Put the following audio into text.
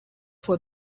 for